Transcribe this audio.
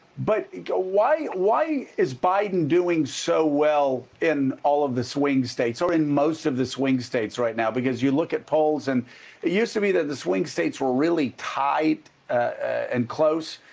but why why is biden doing so well in all of the swing states or in most of the swing states right now? because you look at polls, and it used to be that the swing states were really tight and close,